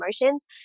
emotions